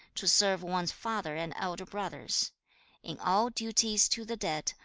to serve one's father and elder brothers in all duties to the dead,